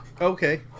Okay